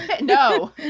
No